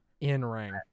in-ring